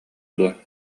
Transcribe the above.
дуо